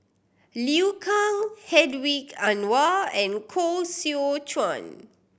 Liu Kang Hedwig Anuar and Koh Seow Chuan